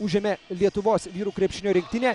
užėmė lietuvos vyrų krepšinio rinktinė